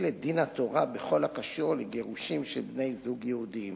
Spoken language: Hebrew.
את דין התורה בכל הקשור לגירושין של בני-זוג יהודים.